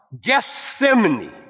Gethsemane